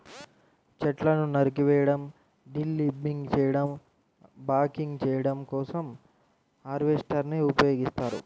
చెట్లను నరికివేయడం, డీలింబింగ్ చేయడం, బకింగ్ చేయడం కోసం హార్వెస్టర్ ని ఉపయోగిస్తారు